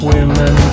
Women